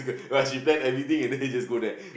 right she plan everything already then you just go there